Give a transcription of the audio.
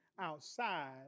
outside